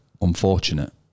unfortunate